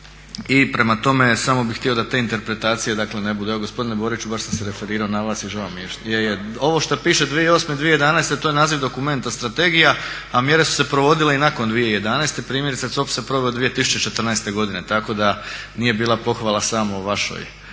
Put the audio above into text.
sam se referirao na vas i žao mi je. Je, je ovo što piše 2008.-2011.to je naziv dokumenta strategija, a mjere su se provodile i nakon 2011.primjerice COP se proveo 2014.godine, tako da nije bila pohvala samo vašoj